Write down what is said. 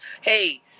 hey